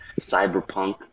cyberpunk